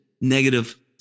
negative